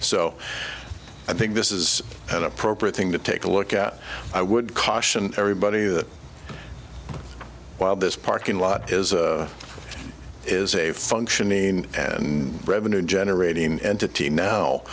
so i think this is an appropriate thing to take a look at i would caution everybody that while this parking lot is a is a function mean and revenue generating entity now